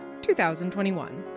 2021